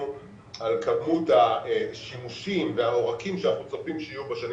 על כמות השימושים והעורקים שאנחנו צופים שיהיו בשנים